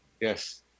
Yes